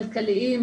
כלכליים,